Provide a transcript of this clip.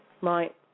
Right